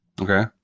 Okay